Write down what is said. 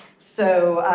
so